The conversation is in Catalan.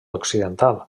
occidental